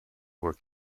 were